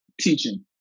teaching